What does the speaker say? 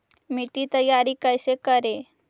मिट्टी तैयारी कैसे करें?